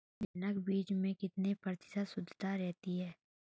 जनक बीज में कितने प्रतिशत शुद्धता रहती है?